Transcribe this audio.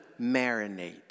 marinate